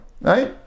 right